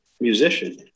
musician